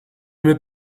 met